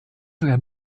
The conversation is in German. sogar